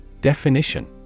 Definition